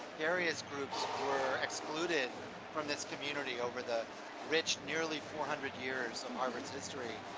various groups were excluded from this community over the rich, nearly four hundred years of harvard's history.